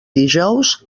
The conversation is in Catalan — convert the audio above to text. dijous